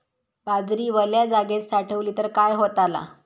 बाजरी वल्या जागेत साठवली तर काय होताला?